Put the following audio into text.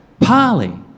Polly